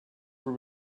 were